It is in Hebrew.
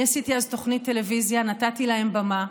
אני עשיתי אז תוכנית טלוויזיה, נתתי להם במה.